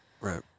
Right